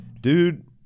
dude –